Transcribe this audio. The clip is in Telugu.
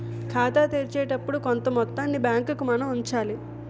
ఖాతా తెరిచేటప్పుడు కొంత మొత్తాన్ని బ్యాంకుకు మనం ఉంచాలి